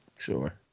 Sure